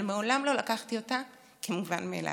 אבל מעולם לא לקחתי אותה כמובן מאליו.